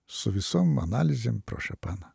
su visom analizėm pro šampaną